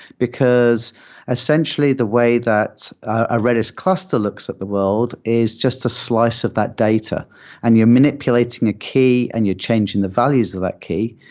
because essentially the way that a redis cluster looks at the world is just a slice of that data and you're manipulating a key and you're changing the values of that key.